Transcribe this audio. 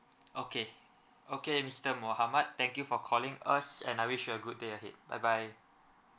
okay okay mister mohammad thank you for calling us and I wish you a good day ahead bye bye